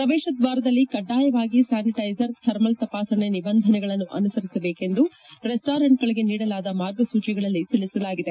ಪ್ರವೇಶ ದ್ವಾರದಲ್ಲಿ ಕಡ್ಡಾಯವಾಗಿ ಸಾನಿಟೈಜರ್ ಥರ್ಮಲ್ ತಪಾಸಣೆ ನಿಬಂಧನೆ ಗಳನ್ನು ಅನುಸರಿಸಬೇಕು ಎಂದು ರೆಸ್ಲೋರೆಂಟ್ಗಳಗೆ ನೀಡಲಾದ ಮಾರ್ಗಸೂಚಿಗಳಲ್ಲಿ ತಿಳಿಸಲಾಗಿದೆ